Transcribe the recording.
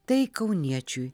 tai kauniečiui